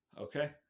Okay